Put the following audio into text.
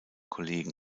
kollegen